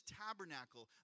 tabernacle